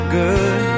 good